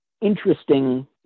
interesting